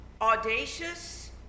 audacious